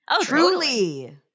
Truly